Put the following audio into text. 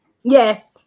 Yes